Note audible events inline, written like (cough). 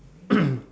(coughs)